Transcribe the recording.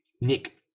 Nick